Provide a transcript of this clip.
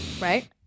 right